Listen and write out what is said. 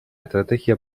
estrategia